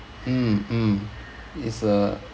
mm mm it's a